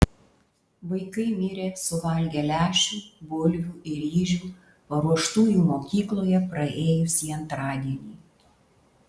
vaikai mirė suvalgę lęšių bulvių ir ryžių paruoštų jų mokykloje praėjusį antradienį